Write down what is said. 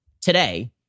today